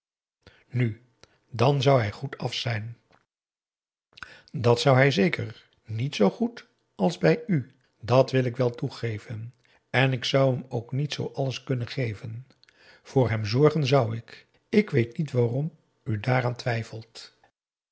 nu dan zou hij goed af zijn dat zou hij zeker niet zoo goed als bij u dat wil ik wel toegeven en ik zou hem ook niet zoo alles kunnen geven voor hem zorgen zou ik ik weet niet waarom u daaraan twijfelt